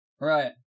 Right